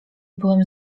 byłem